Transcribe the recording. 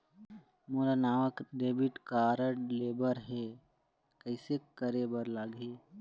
मोला नावा debit card लेबर हे, कइसे करे बर लगही?